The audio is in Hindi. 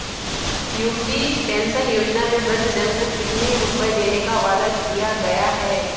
यू.पी पेंशन योजना में वृद्धजन को कितनी रूपये देने का वादा किया गया है?